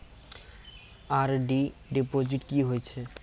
RD deposit की होय छै?